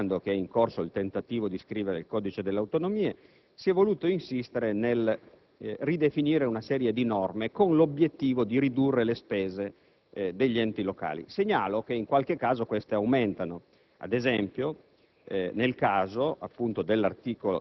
Senato, sempre ricordando che è in corso il tentativo di scrivere il codice delle autonomie, si è voluto insistere nel ridefinire una serie di norme con l'obiettivo di ridurre le spese degli enti locali. Segnalo che in qualche caso esse aumentano, ad esempio